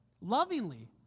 lovingly